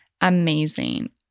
amazing